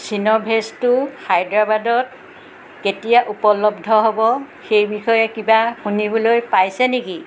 চিন'ভেছটো হায়দৰাবাদত কেতিয়া উপলব্ধ হ'ব সেইবিষয়ে কিবা শুনিবলৈ পাইছে নেকি